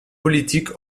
politique